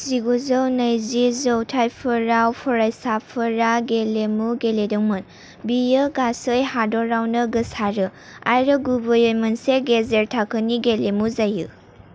जिगुजौ नैजि जौथाइफोराव फरायसाफोरा गेलेमु गेलेदोंमोन बेयो गासै हादोरावनो गोसारो आरो गुबैयै मोनसे गेजेर थाखोनि गेलेमु जायो